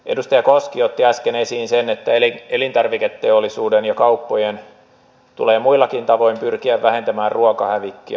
edustaja koski otti äsken esiin sen että elintarviketeollisuuden ja kauppojen tulee muillakin tavoin pyrkiä vähentämään ruokahävikkiä